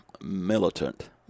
militant